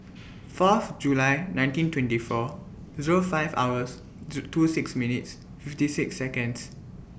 Fourth July nineteen twenty four Zero five hours two six minutes fifty six Seconds